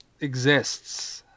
exists